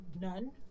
none